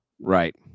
Right